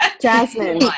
Jasmine